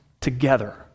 together